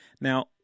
Now